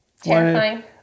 terrifying